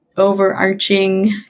overarching